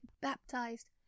baptized